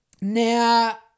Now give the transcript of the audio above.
Now